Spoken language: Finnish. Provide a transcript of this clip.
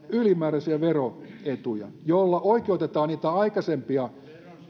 ylimääräisiä veroetuja joilla oikeutetaan niitä aikaisempia